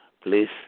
please